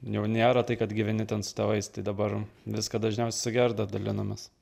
jau nėra tai kad gyveni ten su tėvais tai dabar viską dažniausiai su gerda dalinamės